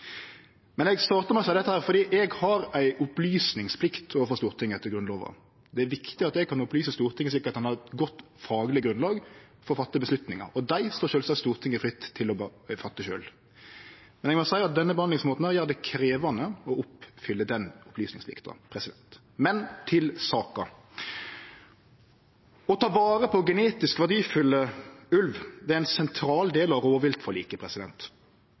Eg startar med å seie dette fordi eg har ei opplysningsplikt overfor Stortinget etter Grunnlova. Det er viktig at eg kan opplyse Stortinget, slik at ein har eit godt fagleg grunnlag å fatte avgjerder på. Dei står sjølvsagt Stortinget fritt til å fatte sjølv, men eg må seie at denne behandlingsmåten gjer det krevjande å oppfylle den opplysningsplikta. Men til saka: Å ta vare på genetisk verdifulle ulvar er ein sentral del av